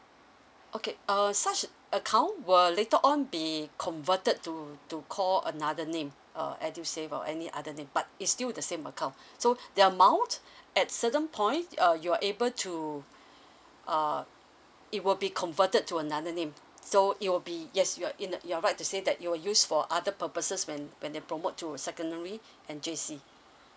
okay uh such account will later on be converted to to call another name uh EDUSAVE or any other name but it's still the same account so the amount at certain point uh you're able to uh it will be converted to another name so it will be yes you're in you're right to say that it will use for other purposes when when they promote to secondary and J_C